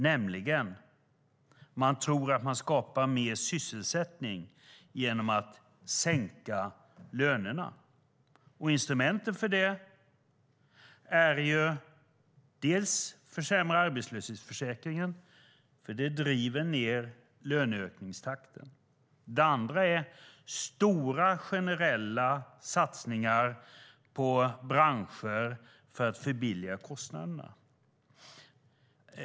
Man tror nämligen att man skapar mer sysselsättning genom att sänka lönerna. Instrumenten för det är dels att försämra arbetslöshetsförsäkringen, vilket driver ned löneökningstakten, dels stora och generella satsningar på branscher för att förbilliga kostnaderna.